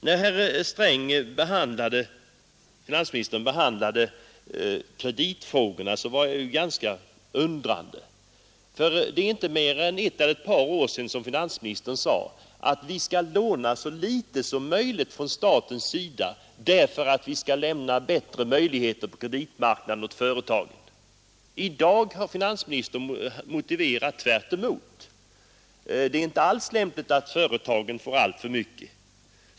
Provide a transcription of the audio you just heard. När finansminister Sträng i sitt anförande behandlade kreditfrågorna ställde jag mig ganska undrande. Det är inte mer än ett eller ett par år sedan som finansministern sade att staten skall låna så litet som möjligt för att ge företagen bättre kreditmöjligheter. I dag har finansministern argumenterat tvärtemot detta och sagt att det inte är lämpligt att företagen får låna alltför mycket.